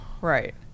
Right